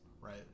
right